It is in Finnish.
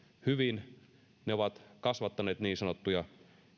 hyvin ovat kasvattaneet niin sanottuja